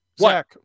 Zach